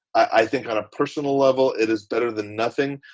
i think on a personal level, it is better than nothing.